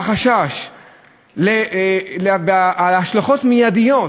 והחשש להשלכות מיידיות,